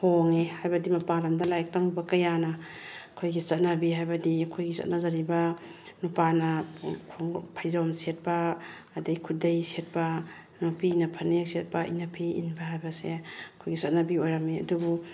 ꯍꯣꯡꯉꯦ ꯍꯥꯏꯕꯗꯤ ꯃꯄꯥꯟ ꯂꯝꯗ ꯂꯥꯏꯔꯤꯛ ꯇꯝꯃꯨꯕ ꯀꯌꯥꯅ ꯑꯩꯈꯣꯏꯒꯤ ꯆꯠꯅꯕꯤ ꯍꯥꯏꯕꯗꯤ ꯑꯩꯈꯣꯏꯒꯤ ꯆꯠꯅꯖꯔꯤꯕ ꯅꯨꯄꯥꯅ ꯈꯣꯡꯎꯞ ꯐꯩꯖꯣꯝ ꯁꯦꯠꯄ ꯑꯗꯩ ꯈꯨꯗꯩ ꯁꯦꯠꯄ ꯅꯨꯄꯤꯅ ꯐꯅꯦꯛ ꯁꯦꯠꯄ ꯏꯅꯐꯤ ꯏꯟꯕ ꯍꯥꯏꯕꯁꯦ ꯑꯩꯈꯣꯏꯒꯤ ꯆꯠꯅꯕꯤ ꯑꯣꯏꯔꯝꯃꯤ ꯑꯗꯨꯕꯨ